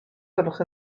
gwelwch